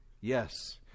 Yes